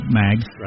mags